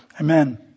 Amen